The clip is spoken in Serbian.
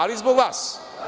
Ali zbog vas.